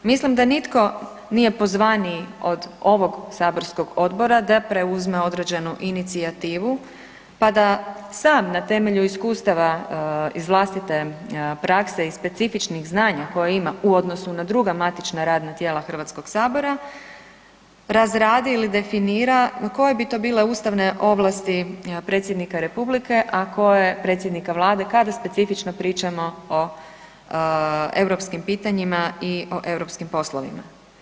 Mislim da nitko nije pozvaniji od ovog saborskog Odbora da preuzme određenu inicijativu pa da sam na temelju iskustava iz vlastite prakse i specifičnih znanja koje ima u odnosu na druga matična radna tijela Hrvatskog sabora, razradi ili definira koje bi to bile ustavne ovlasti Predsjednika Republike a koje predsjednika Vlade, kada specifično pričamo o europskim pitanjima i o europskim poslovima.